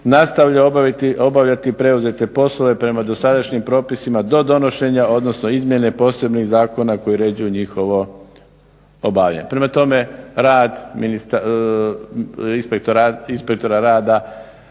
nastavlja obavljati preuzete poslove prema dosadašnjim propisima do donošenja, odnosno izmjene posebnih zakona koji uređuju njihovo obavljanje. Prema tome, rad inspektora rada